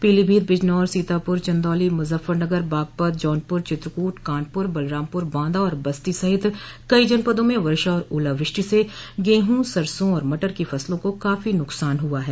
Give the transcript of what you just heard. पीलीभीत बिजनौर सीतापुर चंदौली मुजफ्फरनगर बागपत जौनपुर चित्रकूट कानपुर बलरामपुर बांदा और बस्ती सहित कई जनपदों में वर्षा और ओलावृष्टि से गेहूं सरसों और मटर की फसलों को काफी नुकसान हुआ है